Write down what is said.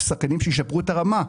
שחקנים שישפרו את הרמה,